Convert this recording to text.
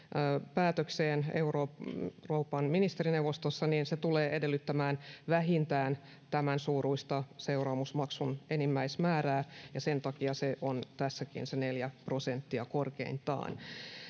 päätökseen euroopan ministerineuvostossa tulee edellyttämään vähintään tämän suuruista seuraamusmaksun enimmäismäärää ja sen takia se on tässäkin se neljä prosenttia korkeintaan